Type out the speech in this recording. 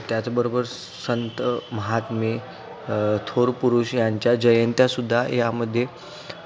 त्याचबरोबर संत महात्मे थोर पुरुष यांच्या जयंत्यासुद्धा यामध्ये